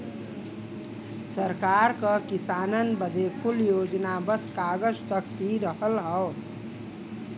सरकार क किसानन बदे कुल योजना बस कागज तक ही रहल हौ